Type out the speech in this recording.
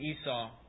Esau